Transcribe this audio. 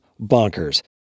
bonkers